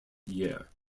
year